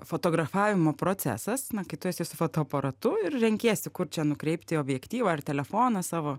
fotografavimo procesas na kai tu esi su fotoaparatu ir renkiesi kur čia nukreipti objektyvą ar telefoną savo